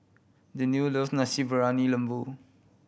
Deanne love Nasi Briyani Lembu